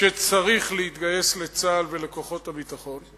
שצריך להתגייס לצה"ל ולכוחות הביטחון,